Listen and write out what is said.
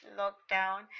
lockdown